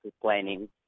planning